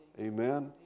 Amen